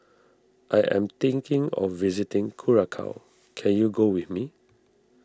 I am thinking of visiting Curacao can you go with me